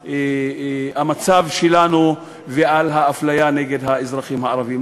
המצב שלנו ועל האפליה נגד האזרחים הערבים.